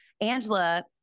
Angela